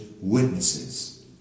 witnesses